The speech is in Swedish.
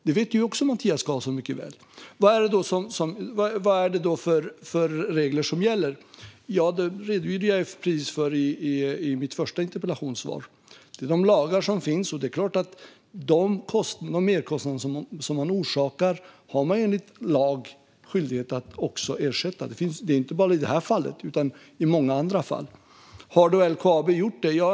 Det vet Mattias Karlsson också mycket väl. Vilka regler är det då som gäller? Jag redogjorde för det i mitt interpellationssvar. Det handlar om de lagar som finns. De kostnader som man orsakar har man enligt lag skyldighet att också ersätta. Det gäller inte bara i detta fall, utan även i många andra fall. Har då LKAB gjort det?